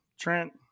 Trent